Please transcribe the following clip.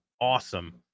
awesome